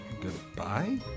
Goodbye